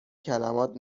کلمات